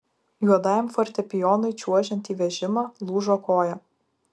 juodajam fortepijonui čiuožiant į vežimą lūžo koja